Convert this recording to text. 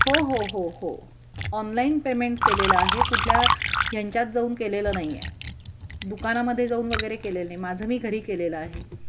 हो हो हो हो ऑनलाईन पेमेंट केलेलं आहे कुठल्या ह्यांच्यात जाऊन केलेलं नाही आहे दुकानामध्ये जाऊन वगैरे केलेलं नाही माझं मी घरी केलेलं आहे